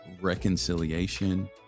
reconciliation